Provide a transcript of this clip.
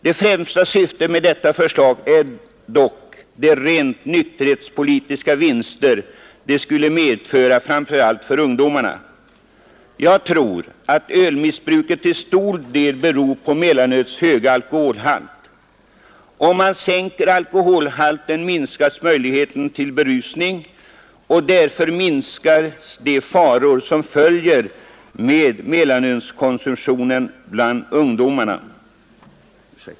Det främsta syftet med detta förslag är dock de rent nykterhetspolitiska vinster det skulle medföra.” Jag tror att ölmissbruket till stor del beror på mellanölets höga alkoholhalt. Om man sänker alkoholhalten minskas möjligheterna till berusning och därmed minskas de faror som följer med mellanölskonsumtionen bland ungdomarna.